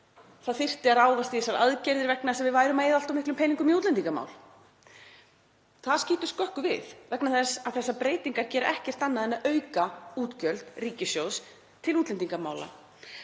það þyrfti að ráðast í þessar aðgerðir vegna þess að við værum að eyða allt of miklum peningum í útlendingamál. Það skýtur skökku við vegna þess að þessar breytingar gera ekkert annað en að auka útgjöld ríkissjóðs til útlendingamála.